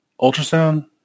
Ultrasound